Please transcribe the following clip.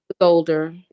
older